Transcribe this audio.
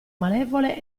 malevole